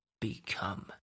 become